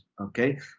okay